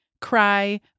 cry